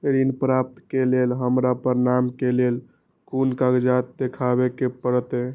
ऋण प्राप्त के लेल हमरा प्रमाण के लेल कुन कागजात दिखाबे के परते?